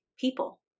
people